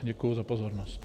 Děkuji za pozornost.